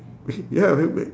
ya